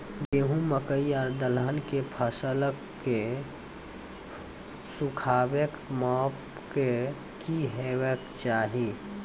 गेहूँ, मकई आर दलहन के फसलक सुखाबैक मापक की हेवाक चाही?